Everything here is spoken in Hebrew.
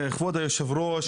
כבוד היו"ר,